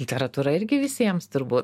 literatūra irgi visiems turbūt